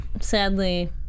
sadly